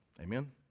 Amen